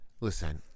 listen